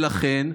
לכן,